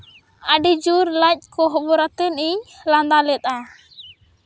ᱟᱹᱰᱤ ᱡᱳᱨ ᱞᱟᱡ ᱠᱚ ᱦᱚᱵᱚᱨ ᱟᱛᱮᱫ ᱤᱧ ᱞᱟᱸᱫᱟ ᱞᱮᱫᱼᱟ